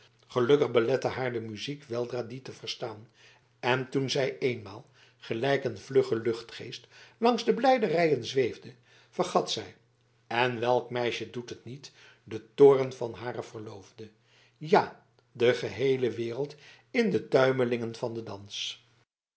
gelukkig belette haar de muziek weldra die te verstaan en toen zij eenmaal gelijk een vlugge luchtgeest langs de blijde rijen zweefde vergat zij en welk meisje doet het niet den toorn van haren verloofde ja de geheele wereld in de tuimelingen van den dans